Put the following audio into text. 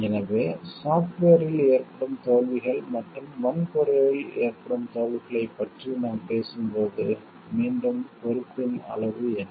எனவே சாப்ட்வேரில் ஏற்படும் தோல்விகள் மற்றும் வன்பொருளில் ஏற்படும் தோல்விகளைப் பற்றி நாம் பேசும்போது மீண்டும் பொறுப்பின் அளவு என்ன